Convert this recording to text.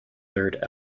third